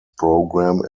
program